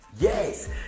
Yes